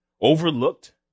overlooked